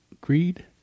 greed